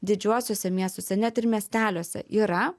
didžiuosiuose miestuose net ir miesteliuose yra